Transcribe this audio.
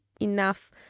enough